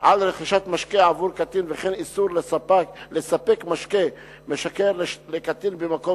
על רכישת משקה עבור קטין וכן איסור לספק משקה משכר לקטין במקום